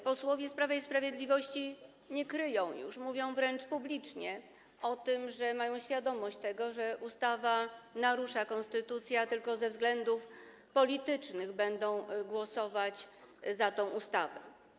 Posłowie z Prawa i Sprawiedliwości nie kryją już tego, wręcz publicznie mówią o tym, że mają świadomość, iż ustawa narusza konstytucję, a tylko ze względów politycznych będą głosować za tą ustawą.